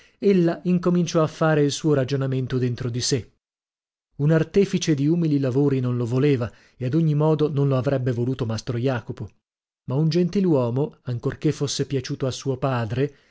ella incominciò a fare il suo ragionamento dentro di sè un artefice di umili lavori non lo voleva e ad ogni modo non lo avrebbe voluto mastro jacopo ma un gentiluomo ancorchè fosse piaciuto a suo padre